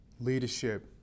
leadership